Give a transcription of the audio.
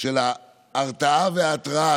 של ההרתעה וההתראה,